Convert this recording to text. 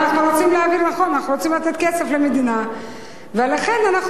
אנחנו רוצים לתת כסף למדינה ולכן אנחנו